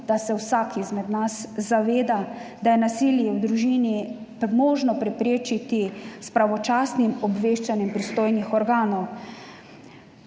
da se vsak izmed nas zaveda, da je nasilje v družini možno preprečiti s pravočasnim obveščanjem pristojnih organov.